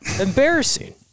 Embarrassing